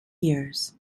years